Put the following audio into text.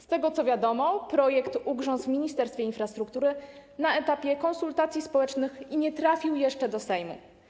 Z tego, co wiadomo, projekt ugrzązł w Ministerstwie Infrastruktury na etapie konsultacji społecznych i nie trafił jeszcze do Sejmu.